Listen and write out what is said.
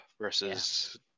versus